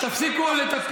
תבדוק את זה